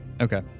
Okay